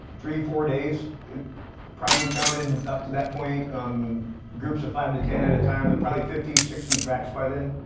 three, four days probably counted up to that point um groups of five to ten at a time, there were probably fifty, sixty tracks by then.